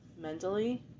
mentally